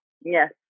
Yes